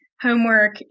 homework